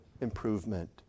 improvement